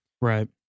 Right